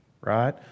right